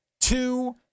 two